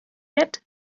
yet